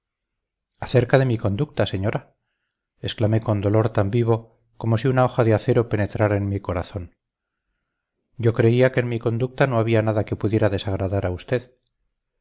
acerca de mi conducta señora exclamé con dolor tan vivo como si una hoja de acero penetrara en mi corazón yo creía que en mi conducta no había nada que pudiera desagradar a usted